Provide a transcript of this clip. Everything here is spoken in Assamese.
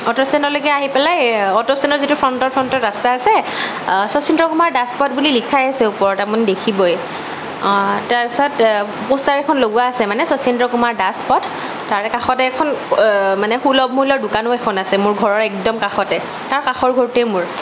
অট'ষ্টেণ্ডলৈকে আহি পেলাই অট'ষ্টেণ্ডৰ যিটো ফ্ৰণ্টৰ ফ্ৰণ্টৰ ৰাষ্টা আছে শশীন্দ্ৰ কুমাৰ দাস পথ বুলি লিখাই আছে ওপৰত আপুনি দেখিবই তাৰ পিছত পোষ্টাৰ এখন লগোৱা আছে মানে শশীন্দ্ৰ কুমাৰ দাস পথ তাৰে কাষতে এখন মানে সুলভ মূল্যৰ দোকানো এখন আছে মোৰ ঘৰৰ একদম কাষতে তাৰ কাষৰ ঘৰটোৱেই মোৰ